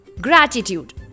Gratitude